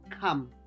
come